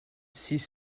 six